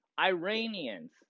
Iranians